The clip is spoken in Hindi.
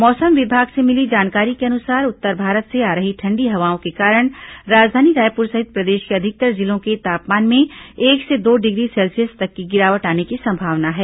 मौसम विभाग से मिली जानकारी के अनुसार उत्तर भारत से आ रही ठंडी हवाओं के कारण राजधानी रायपुर सहित प्रदेश के अधिकतर जिलों के तापमान में एक से दो डिग्री सेल्सियस तक की गिरावट आने की संभावना है